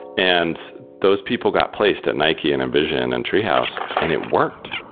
and those people got placed at nike and envision and treehouse and it worked,